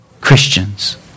Christians